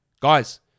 Guys